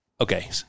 okay